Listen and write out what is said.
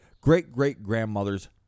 great-great-grandmother's